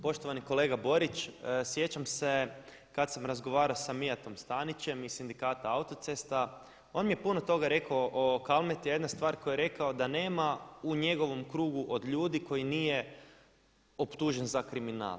Poštovani kolega Borić sjećam se kad sam razgovarao sa Mijatom Stanićem iz sindikata autocesta on mi je puno toga rekao o Kalmeti, a jedna stvar koju je rekao da nema u njegovom krugu od ljudi koji nije optužen za kriminal.